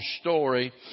story